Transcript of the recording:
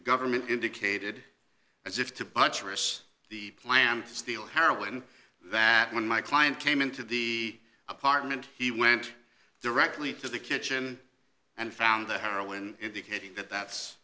government indicated as if to buttress the plan to steal heroin that when my client came into the apartment he went directly to the kitchen and found the heroin indicating that that's